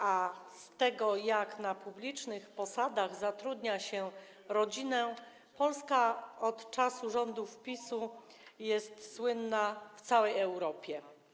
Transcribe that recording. A z tego, jak na publicznych posadach zatrudnia się rodzinę, Polska od czasu rządów PiS-u jest słynna w całej Europie.